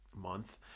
month